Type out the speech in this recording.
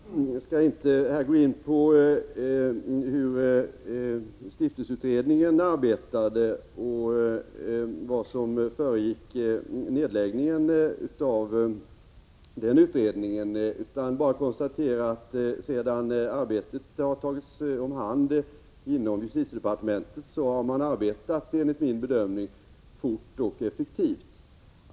Herr talman! Jag skall inte här gå in på hur stiftelseutredningen arbetade och vad som föregick nedläggningen av den utredningen, utan bara konstatera att sedan arbetet har tagits om hand inom justitiedepartementet har man arbetat fort och effektivt, enligt min bedömning.